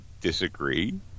disagree